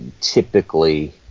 typically